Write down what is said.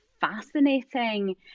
fascinating